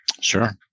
sure